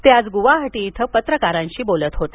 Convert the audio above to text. ते आज गुवाहाटी इथं पत्रकारांशी बोलत होते